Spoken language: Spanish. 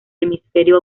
hemisferio